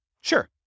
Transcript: Sure